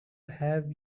have